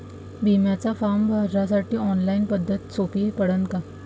बिम्याचा फारम भरासाठी ऑनलाईन पद्धत सोपी पडन का?